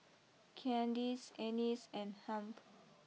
Candyce Ennis and Hamp